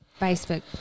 Facebook